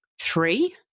Three